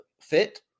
fit